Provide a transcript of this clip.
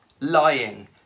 lying